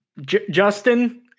justin